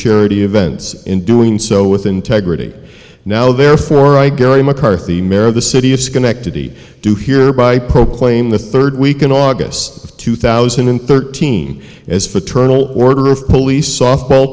charity events in doing so with integrity now therefore i carry mccarthy mare of the city of schenectady do hereby proclaim the third week in august of two thousand and thirteen as for eternal order of police softball